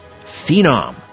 phenom